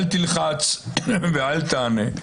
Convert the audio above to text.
אל תלחץ ואל תענה.